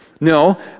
No